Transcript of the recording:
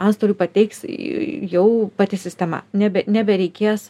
anstoliui pateiks jau pati sistema nebe nebereikės